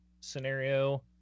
scenario